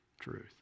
truth